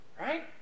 right